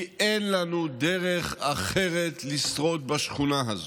כי אין לנו דרך אחרת לשרוד בשכונה הזו.